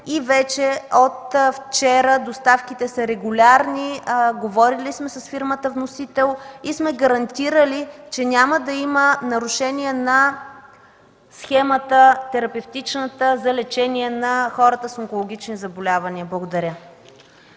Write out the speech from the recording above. и от вчера доставките са регулярни. Говорили сме с фирмата вносител и сме гарантирали, че няма да има нарушения на терапевтичната схема за лечение на хората с онкологични заболявания. Благодаря.